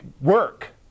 work